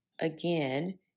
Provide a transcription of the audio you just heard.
again